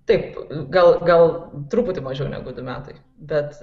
taip gal gal truputį mažiau negu du metai bet